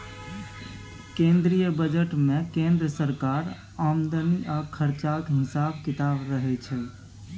केंद्रीय बजट मे केंद्र सरकारक आमदनी आ खरचाक हिसाब किताब रहय छै